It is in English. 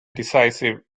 decisive